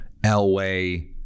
Elway